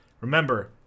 Remember